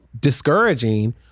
discouraging